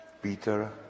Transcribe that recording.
Peter